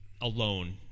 alone